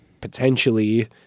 potentially